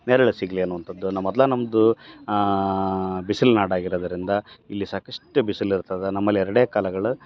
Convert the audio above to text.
ನೆರಳು ಸಿಗಲಿ ಅನ್ನುವಂಥದ್ದು ನಾ ಮೊದ್ಲೇ ನಮ್ಮದು ಬಿಸಿಲು ನಾಡು ಆಗಿರೋದರಿಂದ ಇಲ್ಲಿ ಸಾಕಷ್ಟು ಬಿಸಿಲು ಇರ್ತದೆ ನಮ್ಮಲ್ಲಿ ಎರಡೇ ಕಾಲಗಳು